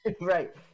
Right